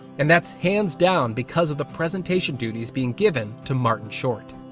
and that's hands down because of the presentation duties being given to martin short.